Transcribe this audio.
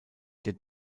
der